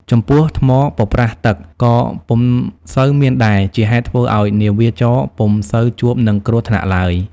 ចំពោះថ្មប៉ប្រះទឹកក៏ពុំសូវមានដែរ ជាហេតុធ្វើឱ្យនាវាចរណ៍ពុំសូវជួបនឹងគ្រោះថ្នាក់ឡើយ។